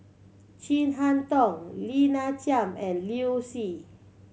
Chin Harn Tong Lina Chiam and Liu Si